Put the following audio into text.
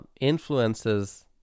influences